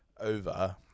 over